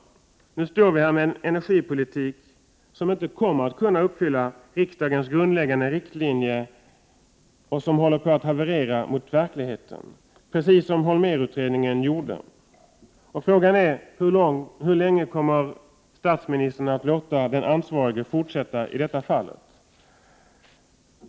Nu står vi här med en energipolitik som inte kommer att kunna uppfylla riksdagens grundläggande riktlinjer och som håller på att | haverera mot verkligheten, precis som Holmérutredningen gjorde. Frågan är hur länge statsministern kommer att låta den ansvariga fortsätta i detta fall.